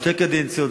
בשתי קדנציות,